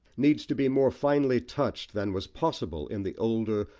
needs to be more finely touched than was possible in the older,